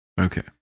Okay